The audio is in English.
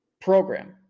program